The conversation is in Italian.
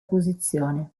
posizione